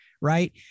Right